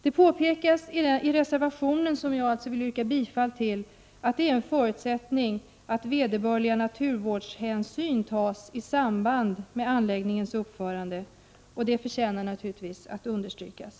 Det påpekas i reservationen — som jag yrkar bifall till — att det är en förutsättning att vederbörliga naturvårdshänsyn tas i samband med anläggningens uppförande, och det förtjänar naturligtvis att understrykas.